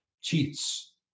cheats